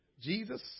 Jesus